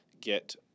get